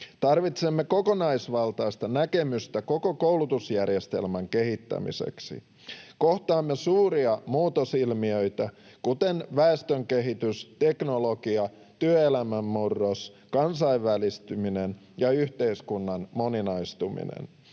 Tarvitsemme kokonaisvaltaista näkemystä koko koulutusjärjestelmän kehittämiseksi. Kohtaamme suuria muutosilmiöitä, kuten väestönkehitys, teknologia, työelämän murros, kansainvälistyminen ja yhteiskunnan moninaistuminen.